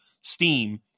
steam